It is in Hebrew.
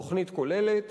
תוכנית כוללת